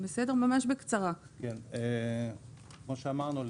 כמו שאמרנו,